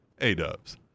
A-dubs